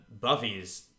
Buffy's